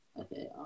Okay